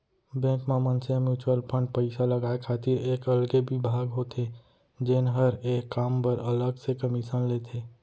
bank म मनसे ह म्युचुअल फंड पइसा लगाय खातिर एक अलगे बिभाग होथे जेन हर ए काम बर अलग से कमीसन लेथे